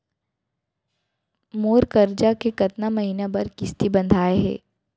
मोर करजा के कतका महीना बर किस्ती बंधाये हे?